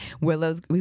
willow's